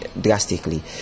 drastically